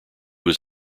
was